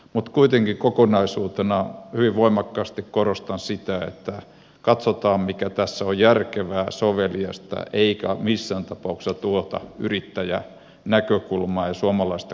mutta kuitenkin kokonaisuutena hyvin voimakkaasti korostan sitä että katsotaan mikä tässä on järkevää soveliasta eikä missään tapauksessa tuhota yrittäjänäkökulmaa ja suomalaista kuljetusyrittäjyyttä